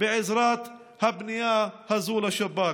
בעזרת הפנייה הזו לשב"כ.